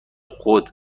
خود